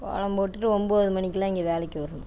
கோலம் போட்டுட்டு ஒம்பது மணிக்கெல்லாம் இங்கே வேலைக்கு வரணும்